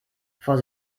bevor